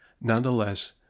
nonetheless